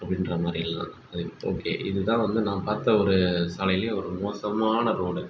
அப்படின்ற மாதிரிலாம் சரி ஓகே இதுதான் வந்து நான் பார்த்த ஒரு சாலையிலே ஒரு மோசமான ரோடு